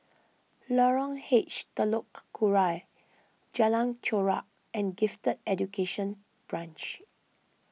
Lorong H Telok Kurau Jalan Chorak and Gifted Education Branch